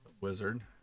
wizard